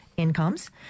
incomes